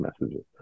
messages